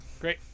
Great